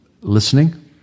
listening